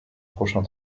prochain